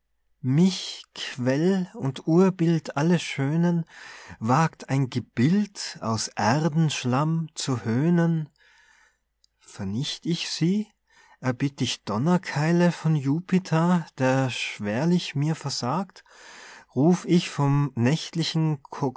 mich quell und urbild alles schönen wagt ein gebild aus erdenschlamm zu höhnen vernicht ich sie erbitt ich donnerkeile von jupiter der schwerlich mir versagt ruf ich vom nächtlichen